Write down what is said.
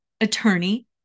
attorney